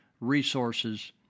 resources